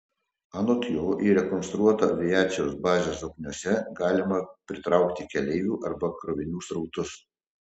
anot jo į rekonstruotą aviacijos bazę zokniuose galima pritraukti keleivių arba krovinių srautus